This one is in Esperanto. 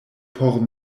por